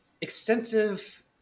extensive